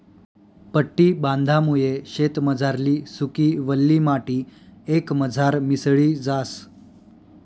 पट्टी बांधामुये शेतमझारली सुकी, वल्ली माटी एकमझार मिसळी जास